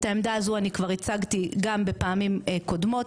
את העמדה הזו אני כבר הצגתי גם בוועדות קודמות,